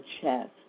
chest